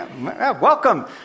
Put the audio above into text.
Welcome